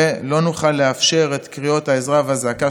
לא נוכל לאפשר את קריאות העזרה והזעקה